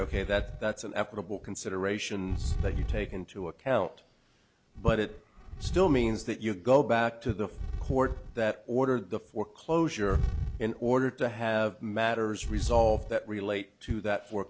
ok that that's an affable consideration that you take into account but it still means that you go back to the court that ordered the foreclosure in order to have matters resolved that relate to that